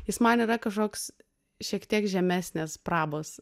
jis man yra kažkoks šiek tiek žemesnės prabos